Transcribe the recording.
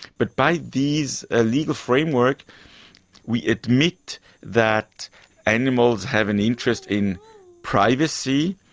but by these ah legal frameworks we admit that animals have an interest in privacy,